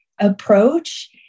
approach